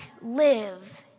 live